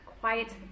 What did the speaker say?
quiet